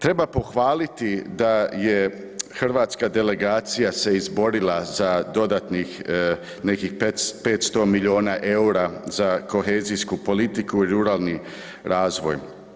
Treba pohvaliti da je hrvatska delegacija se izborila za dodatnih nekih 500 miliona EUR-a za kohezijsku politiku i ruralni razvoj.